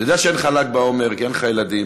אני יודע שאין לך ל"ג בעומר כי אין לך ילדים,